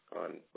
on